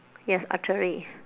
yes archery